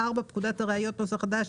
פקודת הראיות (נוסח חדש),